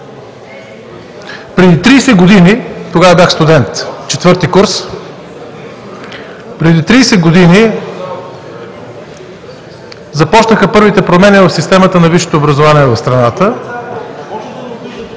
Преди 30 години – тогава бях студент в IV курс, започнаха първите промени в системата на висшето образование в страната